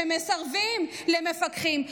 שמסרב למפקחים,